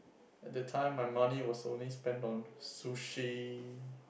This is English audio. at the time my money was only spent on sushi